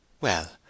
Well